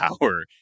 power